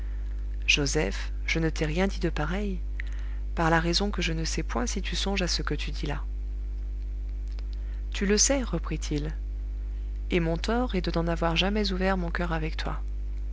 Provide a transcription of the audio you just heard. joseph je ne t'ai rien dit de pareil par la raison que je ne sais point si tu songes à ce que tu dis là tu le sais reprit-il et mon tort est de n'en avoir jamais ouvert mon coeur avec toi